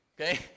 okay